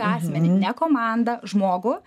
asmenį ne komandą žmogų